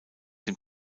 dem